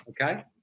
Okay